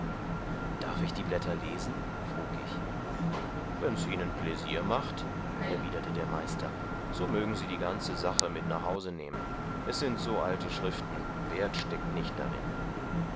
darf ich die blätter lesen frug ich wenn's ihnen pläsier macht erwiderte der meister so mögen sie die ganze sache mit nach hause nehmen es sind so alte schriften wert steckt nicht darin